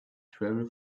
travel